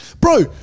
bro